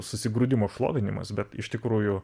susigrūdimo šlovinimas bet iš tikrųjų